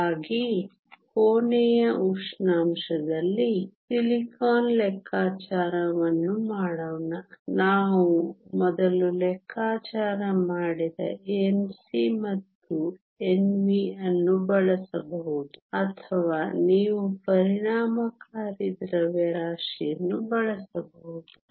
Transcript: ಹಾಗಾಗಿ ಕೋಣೆಯ ಉಷ್ಣಾಂಶದಲ್ಲಿ ಸಿಲಿಕಾನ್ ಲೆಕ್ಕಾಚಾರವನ್ನು ಮಾಡೋಣ ನಾವು ಮೊದಲು ಲೆಕ್ಕಾಚಾರ ಮಾಡಿದ Nc ಮತ್ತು Nv ಅನ್ನು ಬಳಸಬಹುದು ಅಥವಾ ನೀವು ಪರಿಣಾಮಕಾರಿ ದ್ರವ್ಯರಾಶಿಯನ್ನು ಬಳಸಬಹುದು